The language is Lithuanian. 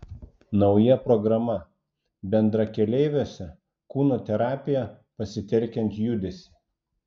nauja programa bendrakeleiviuose kūno terapija pasitelkiant judesį